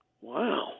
Wow